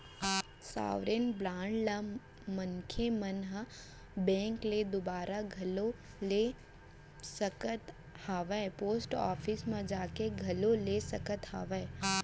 sovereign bond ल मनसे मन ह बेंक के दुवारा घलोक ले सकत हावय पोस्ट ऑफिस म जाके घलोक ले सकत हावय